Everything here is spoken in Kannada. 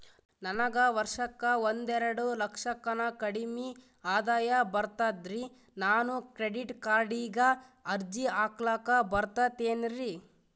ನನಗ ವರ್ಷಕ್ಕ ಒಂದೆರಡು ಲಕ್ಷಕ್ಕನ ಕಡಿಮಿ ಆದಾಯ ಬರ್ತದ್ರಿ ನಾನು ಕ್ರೆಡಿಟ್ ಕಾರ್ಡೀಗ ಅರ್ಜಿ ಹಾಕ್ಲಕ ಬರ್ತದೇನ್ರಿ?